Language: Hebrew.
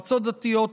מועצות דתיות,